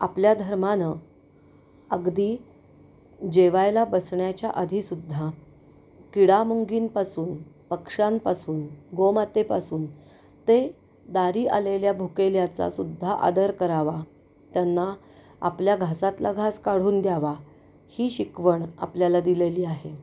आपल्या धर्मानं अगदी जेवायला बसण्याच्या आधीसुद्धा किडामुंगींपासून पक्ष्यांपासून गोमातेपासून ते दारी आलेल्या भुकेल्याचासुद्धा आदर करावा त्यांना आपल्या घासातला घास काढून द्यावा ही शिकवण आपल्याला दिलेली आहे